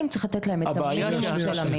צריך לתת להם את המינימום של המינימום.